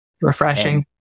Refreshing